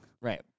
Right